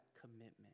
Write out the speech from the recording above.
commitment